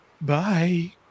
Bye